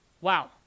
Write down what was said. wow